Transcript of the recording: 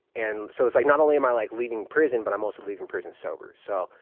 and so it's like, not only am i like leaving prison, but i'm also leaving prison sober, so.